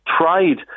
tried